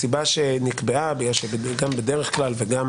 הסיבה שנקבעה גם בדרך כלל וגם